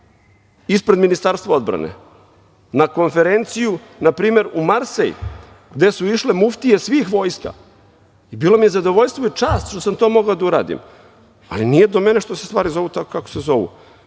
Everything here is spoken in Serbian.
ispred Ministarstva odbrane, na konferenciju, na primer, u Marsej, gde su išle muftije svih vojska i bilo mi je zadovoljstvo i čast što sam to mogao da uradim, ali nije do mene što se stvari zovu tako kako se zovu. Ne